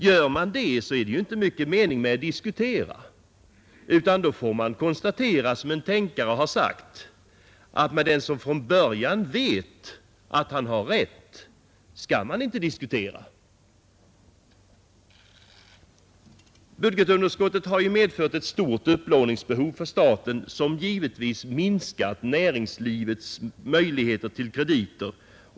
Gör man det, är det inte mycket mening med att diskutera, utan då får vi konstatera, som en tänkare har sagt, att med den som från början vet att han har rätt skall man inte diskutera. Budgetunderskottet har ju för staten medfört ett stort upplåningsbehov, som givetvis minskat näringslivets möjligheter till krediter.